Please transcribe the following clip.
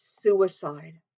suicide